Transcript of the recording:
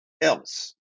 else